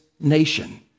nation